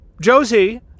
Josie